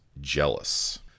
jealous